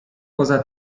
poza